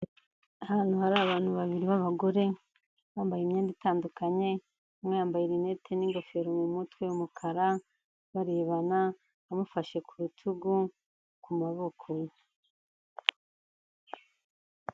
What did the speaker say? Ahantu hari abantu babiri b'abagore bambaye imyenda itandukanye umwe yambaye linete n'ingofero mu mutwe y'umukara, barebana amufashe ku rutugu ku maboko ye.